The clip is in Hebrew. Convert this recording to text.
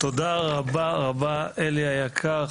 תודה רבה רבה אלי היקר,